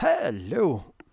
Hello